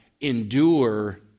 endure